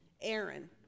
Aaron